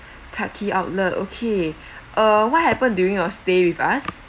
clarke quay outlet okay uh what happened during your stay with us